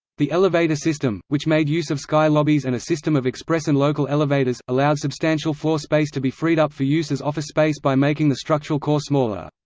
the elevator system, which made use of sky lobbies and a system of express and local elevators, allowed substantial floor space to be freed up for use as office space by making the structural core smaller.